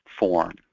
form